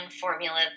formula